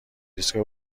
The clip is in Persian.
ایستگاه